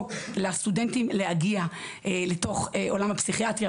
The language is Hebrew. לסטודנטים להגיע לתוך עולם הפסיכיאטריה.